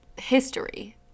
history